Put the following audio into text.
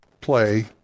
play